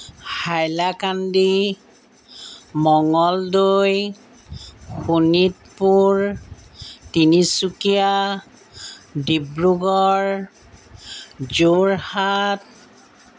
Hailakandi Mangaldoi Sonitpur Tinsukia Dibrugarh Jorhat